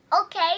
Okay